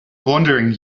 wandering